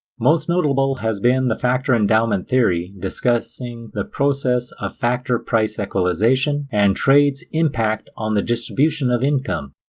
most notable has been the factor endowment theory discussing the process of factor-price equalization and trade's impact on the distribution of income.